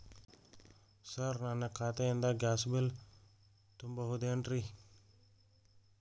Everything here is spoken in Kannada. ಸರ್ ನನ್ನ ಖಾತೆಯಿಂದ ಗ್ಯಾಸ್ ಬಿಲ್ ತುಂಬಹುದೇನ್ರಿ?